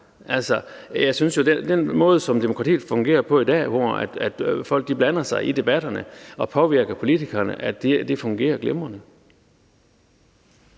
jeg synes jo, at den måde, som demokratiet fungerer på i dag, hvor folk blander sig i debatterne og påvirker politikerne, fungerer glimrende.